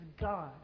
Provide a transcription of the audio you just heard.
God